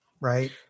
Right